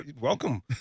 Welcome